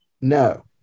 No